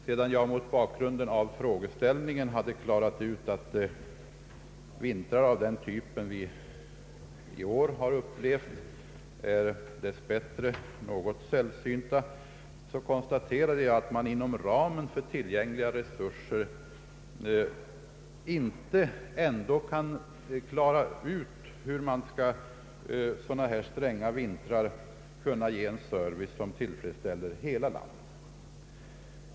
Sedan jag mot bakgrunden av frågeställningen förklarat att vintrar av den typ vi upplevt i år dessbättre är något sällsynta, konstaterade jag att man inom ramen för tillgängliga resurser ändå inte under sådana stränga vintrar kan ge en service som tillfredsställer hela landet.